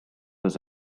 was